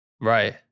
Right